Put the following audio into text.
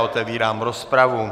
Otevírám rozpravu.